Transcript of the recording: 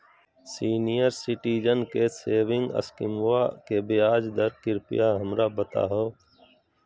senior citizen के saving स्कीमवा के ब्याज दर कृपया हमरा बताहो